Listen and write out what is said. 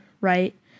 right